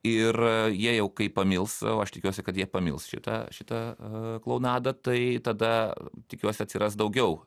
ir jie jau kai pamils o aš tikiuosi kad jie pamils šitą šitą klounadą tai tada tikiuosi atsiras daugiau